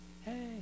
Hey